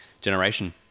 generation